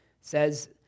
says